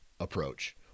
approach